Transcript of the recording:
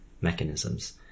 mechanisms